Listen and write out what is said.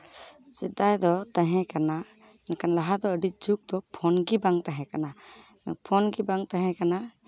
ᱥᱮᱫᱟᱭ ᱫᱚ ᱛᱟᱦᱮᱸᱠᱟᱱᱟ ᱢᱮᱱᱠᱷᱟᱱ ᱞᱟᱦᱟ ᱫᱚ ᱟᱹᱰᱤ ᱡᱩᱜᱽ ᱫᱚ ᱯᱷᱩᱱ ᱜᱮ ᱵᱟᱝ ᱛᱟᱦᱮᱸᱠᱟᱱᱟ ᱯᱷᱳᱱ ᱜᱮ ᱵᱟᱝ ᱛᱟᱦᱮᱸᱠᱟᱱᱟ